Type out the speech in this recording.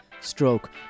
stroke